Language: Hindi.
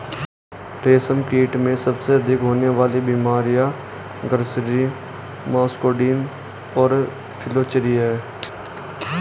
रेशमकीट में सबसे अधिक होने वाली बीमारियां ग्रासरी, मस्कार्डिन और फ्लैचेरी हैं